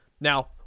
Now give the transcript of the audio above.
Now